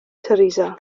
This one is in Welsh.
teresa